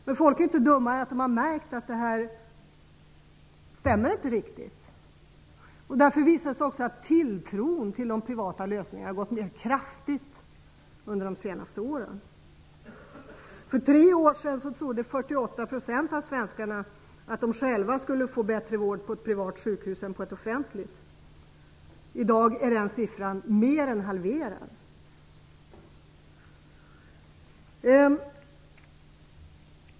Men folk är inte dummare än att man har märkt att det inte riktigt stämmer. Det visar sig därför också att tilltron till de privata lösningarna har gått ned kraftigt under de senaste åren. För tre år sedan trodde 48 % av svenskarna att de själva skulle få bättre vård på ett privat sjukhus än på ett offentligt. I dag är den siffran mer än halverad.